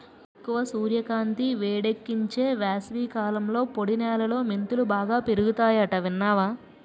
ఎక్కువ సూర్యకాంతి, వేడెక్కించే వేసవికాలంలో పొడి నేలలో మెంతులు బాగా పెరుగతాయట విన్నావా